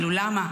למה?